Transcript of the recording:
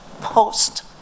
post